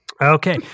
Okay